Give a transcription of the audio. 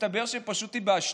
מסתבר שהיא פשוט ב"השתק",